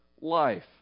life